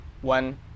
one